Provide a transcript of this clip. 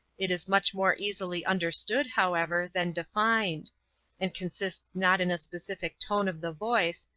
it is much more easily understood, however than defined and consists not in a specific tone of the voice,